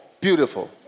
beautiful